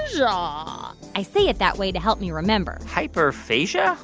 um ah i say it that way to help me remember hyperphagia?